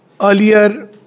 earlier